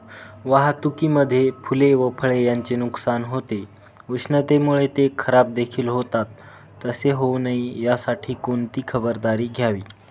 वाहतुकीमध्ये फूले व फळे यांचे नुकसान होते, उष्णतेमुळे ते खराबदेखील होतात तसे होऊ नये यासाठी कोणती खबरदारी घ्यावी?